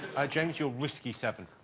i james your whiskey seven.